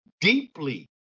deeply